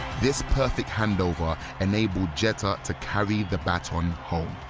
this perfect handover enabled jeter to carry the baton home.